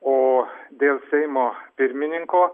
o dėl seimo pirmininko